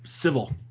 civil